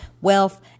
wealth